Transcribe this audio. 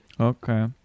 Okay